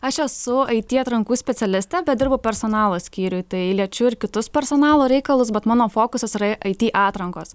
aš esu it atrankų specialistė bet dirbu personalo skyriuj tai liečiu ir kitus personalo reikalus bet mano fokusas yra it atrankos